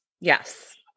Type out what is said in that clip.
Yes